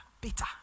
bitter